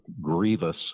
grievous